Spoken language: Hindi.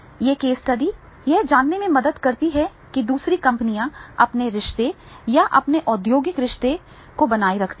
ये केस स्टडी यह जानने में मदद करती हैं कि दूसरी कंपनियां अपने रिश्ते या अपने औद्योगिक रिश्ते को बनाए रखती हैं